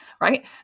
right